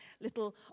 little